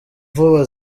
vuba